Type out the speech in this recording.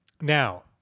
now